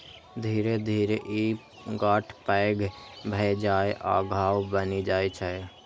धीरे धीरे ई गांठ पैघ भए जाइ आ घाव बनि जाइ छै